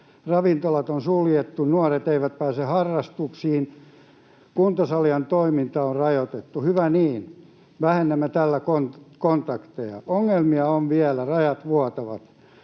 ravintolat on suljettu, nuoret eivät pääse harrastuksiin, kuntosalien toimintaa on rajoitettu — hyvä niin, vähennämme tällä kontakteja. Ongelmia on vielä, rajat vuotavat.